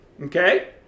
okay